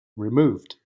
removed